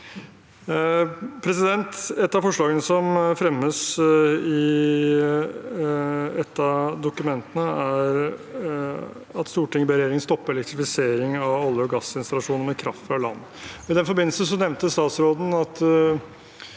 uttrykkene. Et av forslagene som fremmes i et av dokumentene, er at «Stortinget ber regjeringen stoppe elektrifisering av olje- og gassinstallasjoner med kraft fra land». I den forbindelse nevnte statsråden at